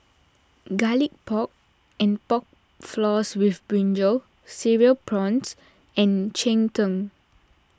Garlic Pork and Pork Floss with Brinjal Cereal Prawns and Cheng Tng